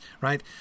right